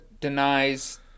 denies